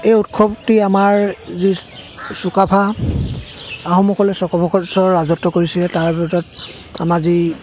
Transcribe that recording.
এই উৎসৱটি আমাৰ যি চুকাফা আহোমসকলে ছশ বছৰ ৰাজত্ব কৰিছিলে তাৰ ভিতৰত আমাৰ যি